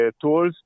tools